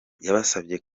yabasabye